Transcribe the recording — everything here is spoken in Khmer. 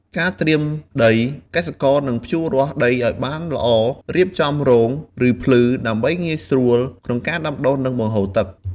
ការត្រៀមដី កសិករនឹងភ្ជួររាស់ដីឱ្យបានល្អ រៀបចំរង ឬភ្លឺ ដើម្បីងាយស្រួលក្នុងការដាំដុះ និងបង្ហូរទឹក។